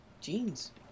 Jeans